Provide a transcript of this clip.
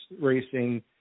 Racing